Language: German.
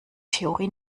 theorie